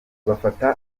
bafata